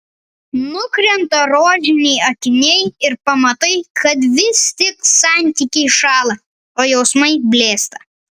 nukrenta rožiniai akiniai ir pamatai kad vis tik santykiai šąla o jausmai blėsta